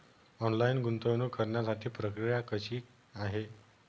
Online गुंतवणूक करण्यासाठी प्रक्रिया कशी आहे?